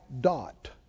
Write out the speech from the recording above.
dot